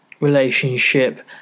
relationship